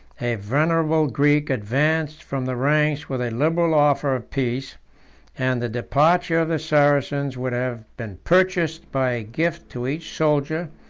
a venerable greek advanced from the ranks with a liberal offer of peace and the departure of the saracens would have been purchased by a gift to each soldier,